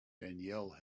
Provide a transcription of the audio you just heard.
danielle